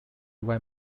white